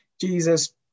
Jesus